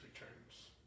returns